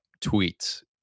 tweets